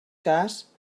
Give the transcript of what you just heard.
cas